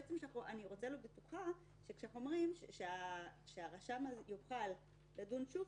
אני רוצה להיות בטוחה שכאשר אנחנו אומרים שהרשם הזה יוכל לדון שוב,